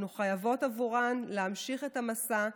עבורן אנו חייבות להמשיך את המסע,